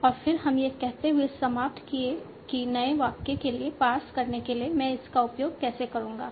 और फिर हम यह कहते हुए समाप्त किए कि नए वाक्य के लिए पार्स करने के लिए मैं इसका उपयोग कैसे करूंगा